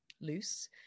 loose